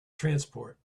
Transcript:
transport